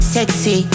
Sexy